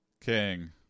King